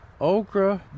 okra